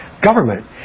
government